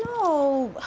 oh